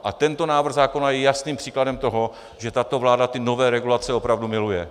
A tento návrh zákona je jasným příkladem toho, že tato vláda nové regulace opravdu miluje.